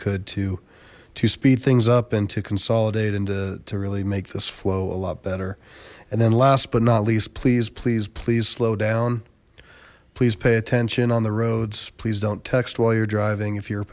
could to to speed things up and to consolidate and to really make this flow a lot better and then last but not least please please please slow down please pay attention on the roads please don't text while you're driving if you're